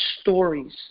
stories